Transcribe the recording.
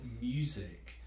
music